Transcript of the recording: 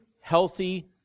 healthy